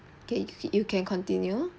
okay you can continue